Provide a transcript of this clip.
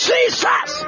Jesus